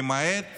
למעט